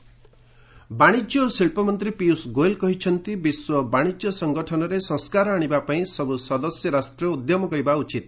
ଗୋଏଲ ଡବୁପିଓ ବାଶିଜ୍ୟ ଓ ଶିଳ୍ପମନ୍ତ୍ରୀ ପିୟୁଷ ଗୋଏଲ କହିଛନ୍ତି ବିଶ୍ୱ ବାଣିଜ୍ୟ ସଂଗଠନରେ ସଂସ୍କାର ଆଣିବା ପାଇଁ ସବୁ ସଦସ୍ୟ ରାଷ୍ଟ୍ର ଉଦ୍ୟମ କରିବା ଉଚିତ